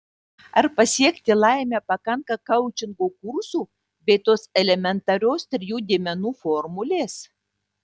ar pasiekti laimę pakanka koučingo kursų bei tos elementarios trijų dėmenų formulės